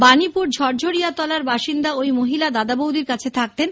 বাণীপুর ঝরঝরিয়াতলার বাসিন্দা ওই মহিলা দাদা বউদির কাছে থাকতেন